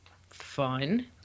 Fun